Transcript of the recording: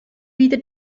wieder